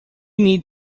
need